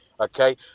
Okay